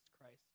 Christ